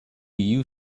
you